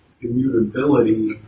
immutability